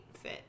fit